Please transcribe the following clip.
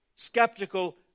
skeptical